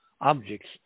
objects